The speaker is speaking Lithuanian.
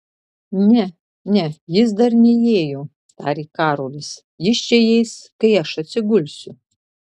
ne ne jis dar neįėjo tarė karolis jis čia įeis kai aš atsigulsiu